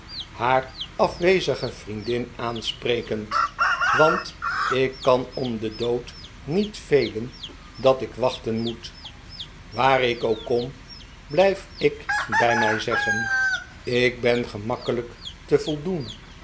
haar afwezige vriendin aansprekend r want ik kan om den dood niet velen dat ik wachten moet waar ik ook kom blijf ik bij mijn zeggen ik ben gemakkelijk te voldoen